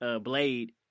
Blade